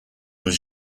was